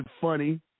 funny